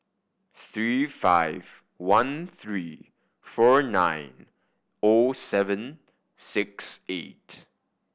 three five one three four nine O seven six eight